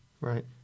right